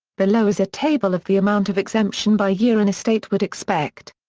below is a table of the amount of exemption by year an estate would expect.